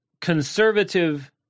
conservative